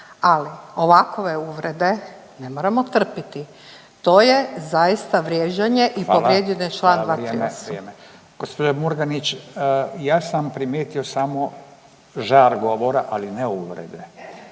Ali, ovakove uvrede ne moramo trpiti. To je zaista vrijeđanje i povrijeđen je čl. 238. **Radin, Furio (Nezavisni)** Hvala. Vrijeme. Gđo. Murganić, ja sam primijetio samo žar govora, ali ne uvrede.